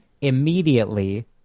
immediately